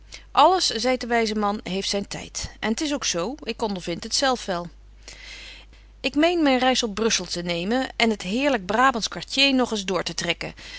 zeit de wyze man heeft zyn tyd en t is ook zo ik ondervind het zelf wel ik meen myn reis op brussel te nemen en het heerlyk brabandsch quartier nog eens door te trekken